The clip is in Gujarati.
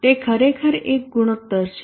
તે ખરેખર એક ગુણોત્તર છે